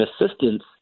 assistance